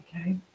Okay